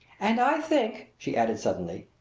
and i think, she added suddenly,